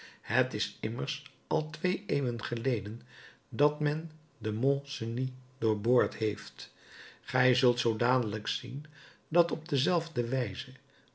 het is immers al twee eeuwen geleden dat men den mont cenis doorboord heeft gij zult zoo dadelijk zien dat op dezelfde wijze